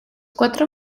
cuatro